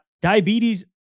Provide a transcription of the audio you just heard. diabetes